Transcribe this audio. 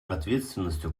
ответственностью